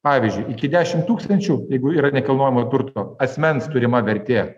pavyzdžiui iki dešim tūkstančių jeigu yra nekilnojamo turto asmens turima vertė